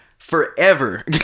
Forever